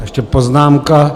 Ještě poznámka.